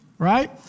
Right